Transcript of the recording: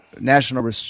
National